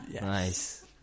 Nice